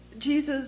Jesus